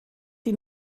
die